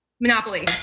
Monopoly